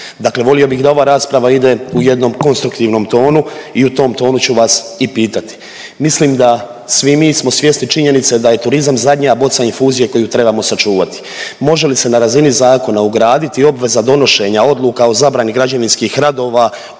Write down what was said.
Dakle volio bih da ova rasprava ide u jednom konstruktivnom tonu i u tom tonu ću vas i pitati. Mislim da svi mi smo svjesni činjenice da je turizam zadnja boca infuzije koju trebamo sačuvati. Može li se na razini zakona ugraditi obveza donošenja odluka o zabrani građevinskih radova